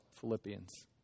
Philippians